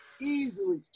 easily